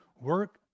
Work